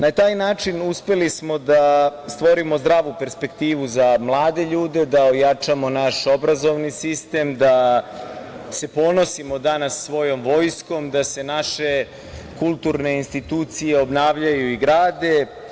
Na taj način uspeli smo da stvorimo zdravu perspektivu za mlade ljude, da ojačamo naš obrazovni sistem, da se ponosimo danas svojom vojskom, da se naše kulturne institucije obnavljaju i grade.